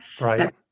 Right